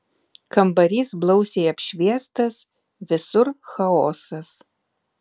kambarys blausiai apšviestas visur chaosas